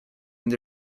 and